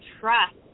trust